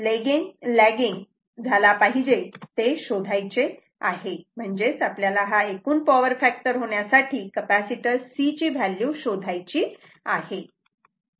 95 lagging झाला पाहिजे ते शोधायचे आहे म्हणजेच आपल्याला हा एकूण पॉवर फॅक्टर होण्यासाठी कपॅसिटर C ची व्हॅल्यू शोधायची आहे